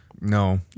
No